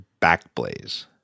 Backblaze